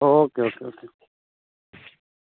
आ भी